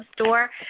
store